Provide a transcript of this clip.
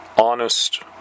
honest